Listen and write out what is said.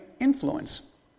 influence